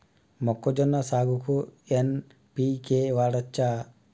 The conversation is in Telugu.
మొక్కజొన్న సాగుకు ఎన్.పి.కే వాడచ్చా?